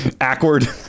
Awkward